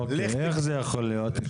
אוקיי, ואיך זה יכול להיות?